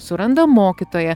suranda mokytoją